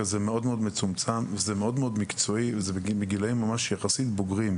זה מאוד מצומצם כרגע וזה מאוד מקצועי וזה בגיל יחסית בוגר.